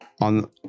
on